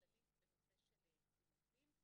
הכללית בנושא של קידום אקלים.